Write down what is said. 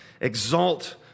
Exalt